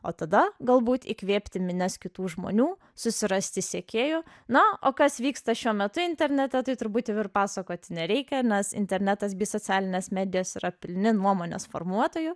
o tada galbūt įkvėpti minias kitų žmonių susirasti sekėjų na o kas vyksta šiuo metu internete tai turbūt jau ir pasakoti nereikia nes internetas bei socialinės medijos yra pilni nuomonės formuotojų